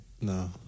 No